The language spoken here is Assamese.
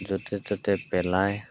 য'তে ত'তে পেলাই